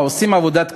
העושות עבודת קודש,